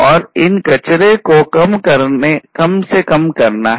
और इन कचरे को कम से कम करना है